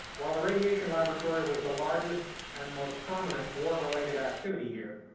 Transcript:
while the radiation laboratory was the largest and most prominent war-related activity here,